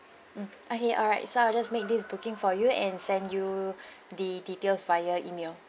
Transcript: mm okay alright so I will just make this booking for you and send you the details via email